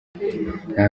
nta